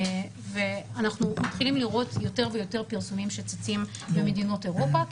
אנחנו מתחילים לראות יותר ויותר פרסומים שצצים במדינות אירופה,